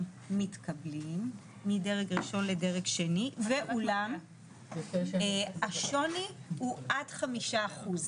מתקבלים מדרג ראשון לדרג שני ואולם השוני הוא עד 5 אחוז,